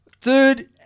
Dude